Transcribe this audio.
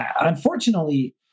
unfortunately